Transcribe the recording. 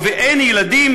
ובאין ילדים,